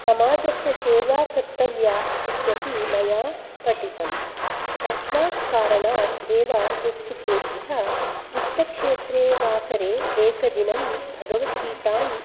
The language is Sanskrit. समाजस्य सेवा कर्तव्या इत्यपि मया पठितम् तस्मात् कारणात् एव उत्सुकेभ्य विट्टक्षेत्रे वासरे एकदिनं भगवद्गीतां